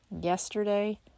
yesterday